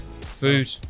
food